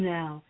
Now